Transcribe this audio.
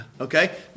okay